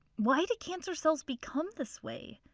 why do cancer cells become this way?